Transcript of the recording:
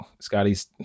Scotty's